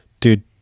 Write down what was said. Dude